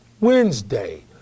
Wednesday